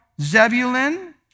Zebulun